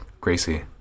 Gracie